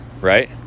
right